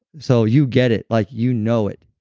so you get it, like you know it.